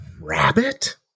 rabbit